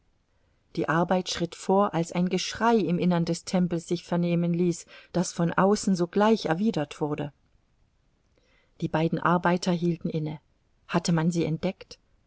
die arbeit schritt vor als ein geschrei im innern des tempels sich vernehmen ließ das von außen sogleich erwidert wurde die beiden arbeiter hielten inne hatte man sie entdeckt